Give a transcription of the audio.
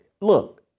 Look